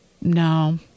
No